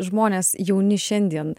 žmonės jauni šiandien